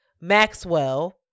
Maxwell